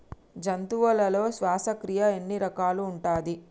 జంతువులలో శ్వాసక్రియ ఎన్ని రకాలు ఉంటది?